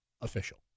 official